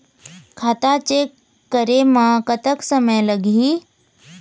खाता चेक करे म कतक समय लगही?